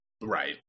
right